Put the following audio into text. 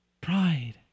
Pride